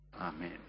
Amen